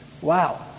wow